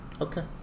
Okay